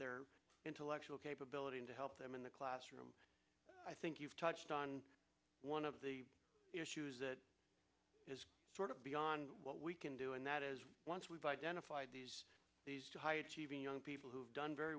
their intellectual capability to help them in the classroom i think you've touched on one of the issues that is sort of beyond what we can do and that is once we've identified these high achieving young people who've done very